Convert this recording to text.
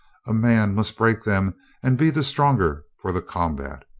a man must break them and be the stronger for the combat.